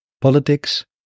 politics